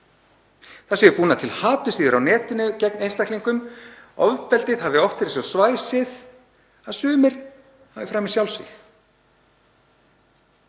Það séu búnar til haturssíður á netinu gegn einstaklingum, ofbeldið hafi oft verið svo svæsið að sumir hafi framið sjálfsvíg.